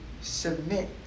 submit